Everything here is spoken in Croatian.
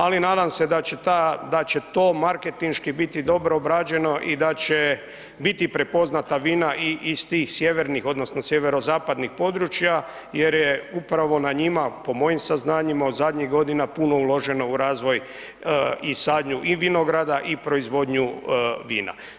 Ali nadam se da će to marketinški biti dobro obrađeno i da će biti prepoznata vina i iz tih sjevernih odnosno sjeverozapadnih područja jer je upravo na njima po mojim saznanjima od zadnjih godina puno uloženo u razvoj i sadnju i vinograda i proizvodnju vina.